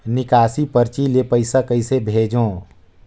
निकासी परची ले पईसा कइसे भेजों?